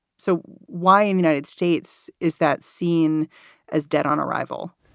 so why in united states is that seen as dead on arrival?